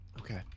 Okay